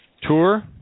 tour